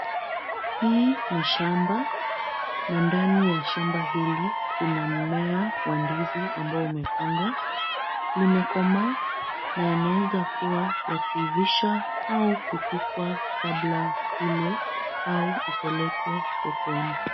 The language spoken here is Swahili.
Hii ni shamba na ndani ya shamba hili kuna mmea wa ndizi ambao umepandwa. Limekomaa na yanaweza kuwa ya kuivisha au kupikwa kabla ulwe au upelekwe sokoni.